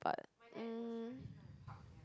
but um